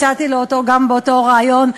הצעתי לו אותה גם באותו ריאיון,